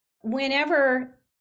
whenever